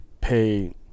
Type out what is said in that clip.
pay